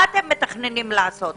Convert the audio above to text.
מה אתם מתכננים לעשות?